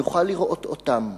נוכל לראות אותם,